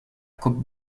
coupe